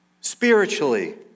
spiritually